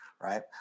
Right